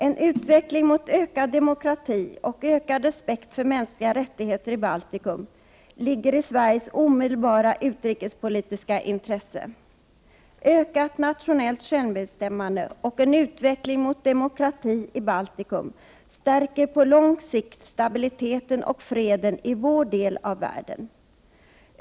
En utveckling mot ökad demokrati och ökad respekt för mänskliga rättigheter i Baltikum ligger i Sveriges omedelbara utrikespolitiska intresse. Ökat nationellt självbestämmande och en utveckling mot demokrati i Baltikum stärker på lång sikt stabiliteten och freden i vår del av världen.